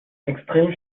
extrem